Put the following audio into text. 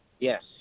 Yes